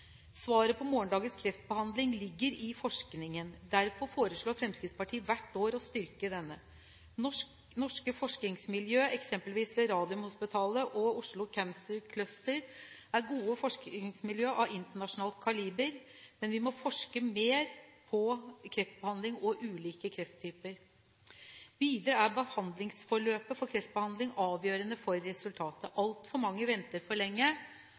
Svaret på morgendagens kreftbehandling ligger i forskningen, og derfor foreslår Fremskrittspartiet hvert år å styrke denne. Norske forskningsmiljø, eksempelvis ved Radiumhospitalet og Oslo Cancer Cluster, er gode forskningsmiljø av internasjonalt kaliber, men vi må forske mer på kreftbehandling og ulike krefttyper. Videre er behandlingsforløpet for kreftbehandling avgjørende for resultatet. Altfor mange venter for lenge,